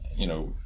you know,